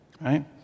Right